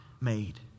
made